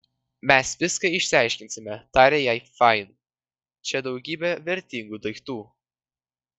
mes viską išsiaiškinsime tarė jai fain čia daugybė vertingų daiktų